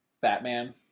Batman